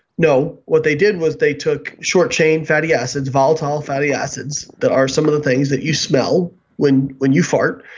no, what they did was they took short chain fatty acids, volatile fatty acids that are some of the things that you smell when when you fart,